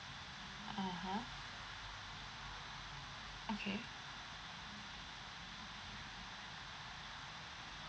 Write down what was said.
(uh huh) okay